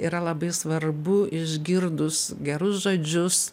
yra labai svarbu išgirdus gerus žodžius